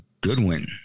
Goodwin